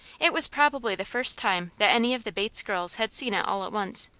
it was probably the first time that any of the bates girls had seen it all at once,